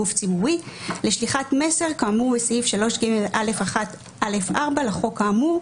גוף ציבורי) לשליחת מסר כאמור בסעיף 3ג(א)(1)(א)(4) לחוק האמור,